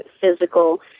physical